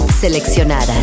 seleccionadas